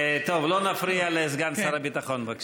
טוב, לא נפריע לסגן שר הביטחון, בבקשה.